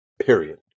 period